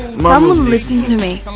mum wouldn't listen to me,